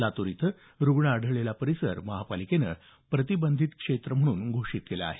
लातूर इथं रुग्ण आढळलेला परिसर महापालिकेने प्रतिबंधीत क्षेत्र म्हणून घोषीत केला आहे